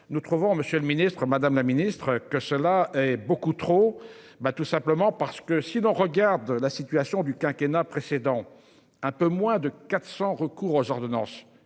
nous trouvons. Monsieur le Ministre, Madame la Ministre que cela est beaucoup trop bas, tout simplement parce que si l'on regarde la situation du quinquennat précédent. Un peu moins de 400 recours aux ordonnances,